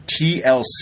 TLC